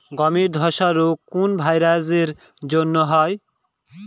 গমের ধসা রোগ কোন ভাইরাস এর জন্য হয়?